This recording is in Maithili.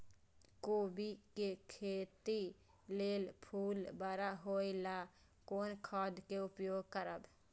कोबी के खेती लेल फुल बड़ा होय ल कोन खाद के उपयोग करब?